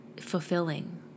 fulfilling